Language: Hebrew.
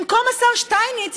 במקום השר שטייניץ,